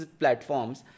platforms